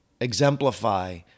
exemplify